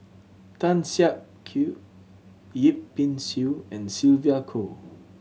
Tan Siak Kew Yip Pin Xiu and Sylvia Kho